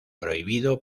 prohibido